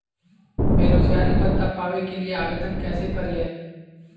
बेरोजगारी भत्ता पावे के लिए आवेदन कैसे करियय?